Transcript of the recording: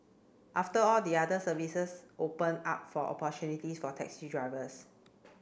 after all the other services open up for opportunities for taxi drivers